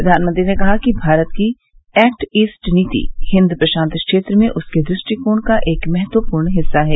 प्रधानमंत्री ने कहा है कि भारत की एक्ट ईस्ट नीति हिंद प्रशांत क्षेत्र में उसके दृष्टिकोण का एक महत्वपूर्ण हिस्सा है